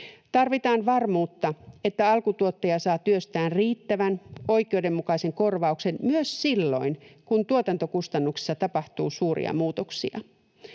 Tarvitaan varmuutta siitä, että alkutuottaja saa työstään riittävän oikeudenmukaisen korvauksen myös silloin, kun tuotantokustannuksissa tapahtuu suuria muutoksia.